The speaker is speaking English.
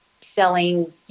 selling